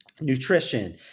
nutrition